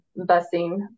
busing